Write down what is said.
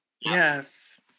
Yes